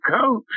coach